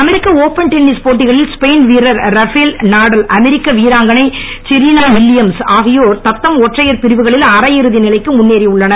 அமெரிக்க open tennis போட்டிகளில் Spain வீரர் Rafael Nadal அமெரிக்க வீராங்கனை செரினா வில்லியம்ஸ் ஆகியோர் தத்தம் ஒற்றையர் பிரிவுகளில் அரையிறுதி நிலைக்கு முன்னேறி உள்ளனர்